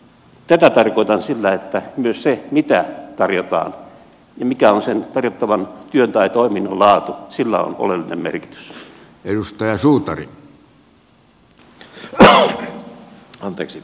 tätä tarkoitan sillä että myös sillä mitä tarjotaan ja mikä on sen tarjottavan työn tai toiminnan laatu on oleellinen merkitys